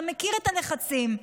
אתה מכיר את הלחצים.